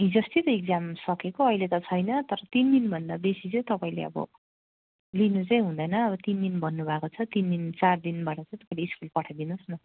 हिजोअस्ति त इक्जाम सकेको अहिले त छैन तर तिन दिनभन्दा बेसी चाहिँ तपाईँले अब लिनु चाहिँ हुँदैन अब तिन दिन भन्नुभएको छ तिन दिन चार दिनबाट चाहिँ तपाईँले स्कुल पठाइदिनुहोस् न